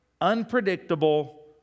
unpredictable